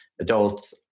adults